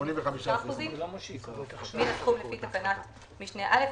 85% מן הסכום לפי תקנת משנה (א),